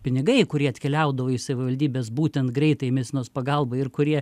pinigai kurie atkeliaudavo į savivaldybes būtent greitai medicinos pagalbai ir kurie